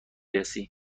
رسی